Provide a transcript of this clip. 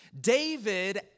David